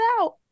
out